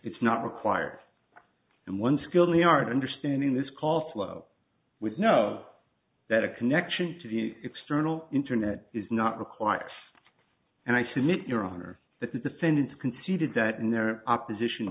it's not required and one skilled in the art understanding this call flow with know that a connection to the external internet is not required and i submit your honor that the defendants conceded that in their opposition